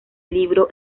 libro